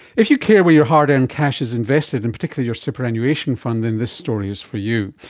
if you care where your hard-earned cash is invested, and particularly your superannuation fund, then this story is for you.